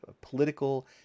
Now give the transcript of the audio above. political